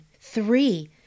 three